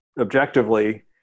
objectively